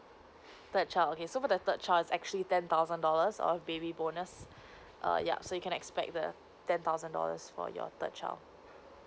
third child okay so for the third child it's actually ten thousand dollars of baby bonus err yeah so you can expect the ten thousand dollars for your third child